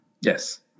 Yes